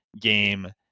game